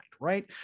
right